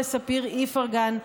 לספיר איפרגן,